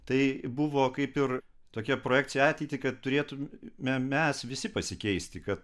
tai buvo kaip ir tokia projekcija į ateitį kad turėtumėme mes visi pasikeisti kad